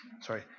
Sorry